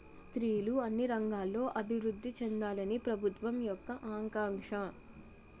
స్త్రీలు అన్ని రంగాల్లో అభివృద్ధి చెందాలని ప్రభుత్వం యొక్క ఆకాంక్ష